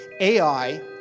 AI